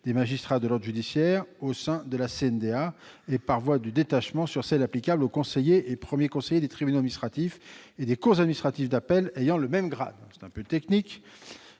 des magistrats de l'ordre judiciaire au sein de la CNDA par voie du détachement sur celles qui sont applicables aux conseillers et premiers conseillers des tribunaux administratifs et des cours administratives d'appel ayant le même grade. Lors des auditions